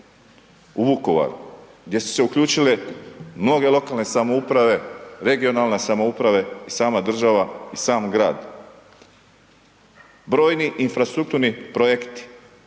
u Vukovaru gdje su se uključile mnoge lokalne samouprave, regionalne samouprave i sama država i sam grad. Brojni infrastrukturni projekti